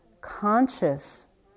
conscious